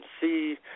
see